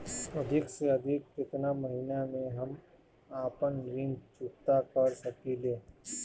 अधिक से अधिक केतना महीना में हम आपन ऋण चुकता कर सकी ले?